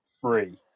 free